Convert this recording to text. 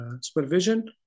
supervision